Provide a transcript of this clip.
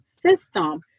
system